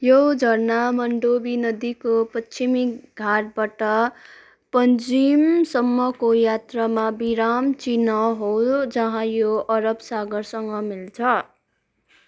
यो झरना मन्डोवी नदीको पश्चिमी घाटबाट पन्जिमसम्मको यात्रामा विराम चिन्ह हो जहाँ यो अरब सागरसँग मिल्छ